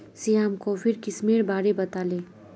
श्याम कॉफीर किस्मेर बारे बताले